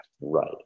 Right